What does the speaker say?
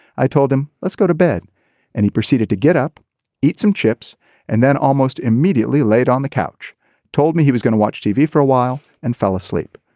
i told him let's go to bed and he proceeded to get up eat some chips and then almost immediately laid on the couch told me he was going to watch tv for a while and fell asleep.